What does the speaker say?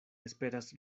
esperas